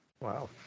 Wow